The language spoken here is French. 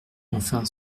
enfin